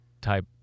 type